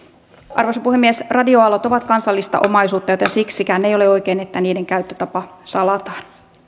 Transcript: arvoisa puhemies radioaallot ovat kansallista omaisuutta joten siksikään ei ole oikein että niiden käyttötapa salataan